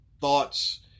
thoughts